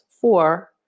four